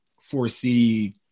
foresee